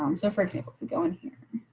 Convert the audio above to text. um so, for example, going here.